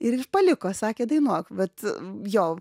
ir ir paliko sakė dainuok bet jo